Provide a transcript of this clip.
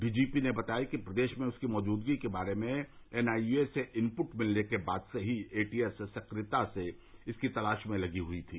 DGP ने बताया कि प्रदेश में उसकी मौजूदगी के बारे में एनआईए से इनपुट मिलने के बाद से ही एटीएस सक्रियता से इसकी तलाश में लगी हुई थी